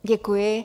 Děkuji.